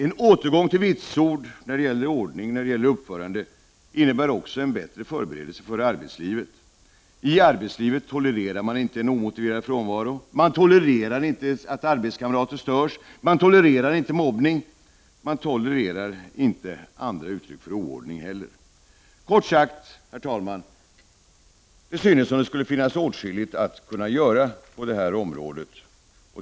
En återgång till vitsord när det gäller ordning och uppförande innebär också en bättre förberedelse för arbetslivet. I arbetslivet tolererar man inte en omotiverad frånvaro. Man tolererar inte att arbetskamrater störs. Man tolererar inte mobbning. Man tolererar inte andra uttryck för oordning heller. Kort sagt, herr talman, synes det som om det skulle finnas åtskilligt att kunna göra på det här området.